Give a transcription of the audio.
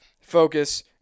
focus